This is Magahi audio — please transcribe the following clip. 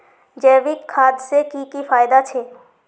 जैविक खाद से की की फायदा छे?